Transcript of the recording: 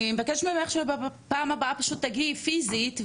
אני מבקשת ממך שבפעם הבאה פשוט תגיעי פיזית,